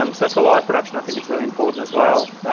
um so for live production, i think it's really important as well.